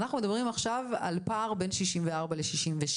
אנחנו מדברים עכשיו על פער בין 64 ל-65,